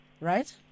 right